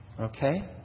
Okay